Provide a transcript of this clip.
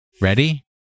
Ready